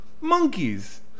Monkeys